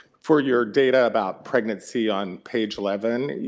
for your data about pregnancy on page eleven,